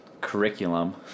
curriculum